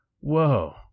Whoa